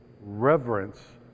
reverence